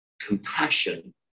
compassion